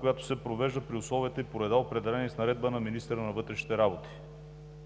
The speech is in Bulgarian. която се провежда при условията и по реда, определени с наредба на министъра на вътрешните работи.